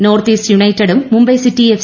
north east യുണൈറ്റഡും Mumbai city F